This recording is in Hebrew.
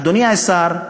אדוני השר,